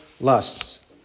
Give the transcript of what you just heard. lusts